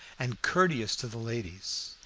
and courteous to the ladies.